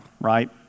right